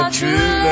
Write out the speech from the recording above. true